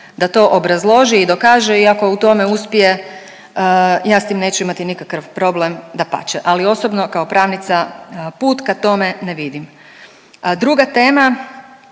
da to obrazloži i dokaže i ako u tome uspije ja s tim neću imati nikakav problem, dapače, ali osobno kao pravnica put ka tome ne vidim. A druga tema,